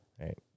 right